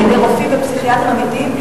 על-ידי רופאים ופסיכיאטרים אמיתיים,